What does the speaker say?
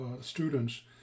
students